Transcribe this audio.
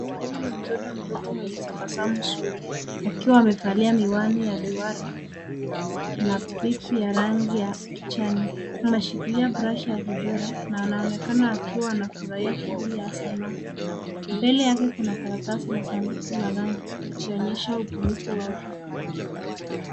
Huyu ni mtoto mdogo mwenye tabasamu nzuri akiwa amevalia miwani ya duara na pipi ya rangi ya kijani. Ameshikilia brashi ya kuchora na anaonekana akiwa anafurahia shughuli ya kisanaa. Mbele yake kuna karatasi na sanduku la rangi ikionyesha ubunifu wake.